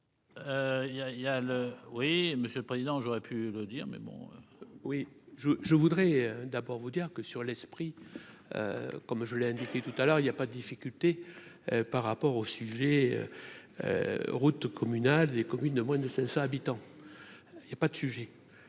oui monsieur le président, j'aurais pu le dire mais bon. Oui je je voudrais d'abord vous dire que sur l'esprit, comme je l'ai indiqué tout à l'heure, il y a pas difficulté par rapport au sujet routes communales des communes de moins de 500 habitants, il y a pas de sujet,